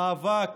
המאבק